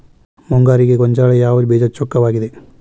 ಮುಂಗಾರಿಗೆ ಗೋಂಜಾಳ ಯಾವ ಬೇಜ ಚೊಕ್ಕವಾಗಿವೆ?